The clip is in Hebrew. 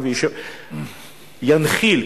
ינחיל,